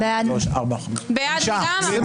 מי